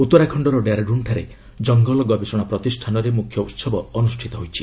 ଉତ୍ତରାଖଣ୍ଡର ଡେରାଡ୍ରନ୍ଠାରେ କଙ୍ଗଲ ଗବେଷଣା ପ୍ରତିଷ୍ଠାନରେ ମ୍ରଖ୍ୟ ଉତ୍ସବ ଅନ୍ଦ୍ରଷ୍ଠିତ ହେରାଇଛି